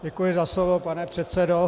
Děkuji za slovo, pane předsedo.